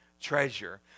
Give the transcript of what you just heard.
treasure